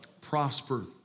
Prosper